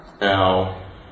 Now